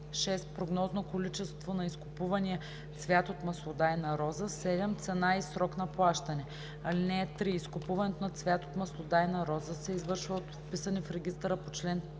6. прогнозно количество на изкупувания цвят от маслодайна роза; 7. цена и срок на плащане. (3) Изкупуването на цвят от маслодайна роза се извършва от вписани в регистъра по чл.